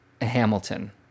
Hamilton